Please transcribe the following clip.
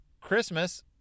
Christmas